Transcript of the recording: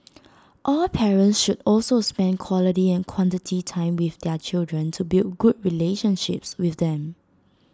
all parents should also spend quality and quantity time with their children to build good relationships with them